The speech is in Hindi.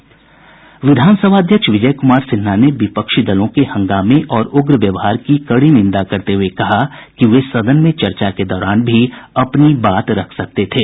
विधान सभाध्यक्ष विजय कुमार सिन्हा ने विपक्षी दलों के हंगामे और उग्र व्यवहार की कड़ी निंदा करते हुए कहा कि वे सदन में चर्चा के दौरान भी अपनी बात रख सकते थे